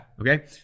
Okay